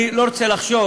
אני לא רוצה לחשוב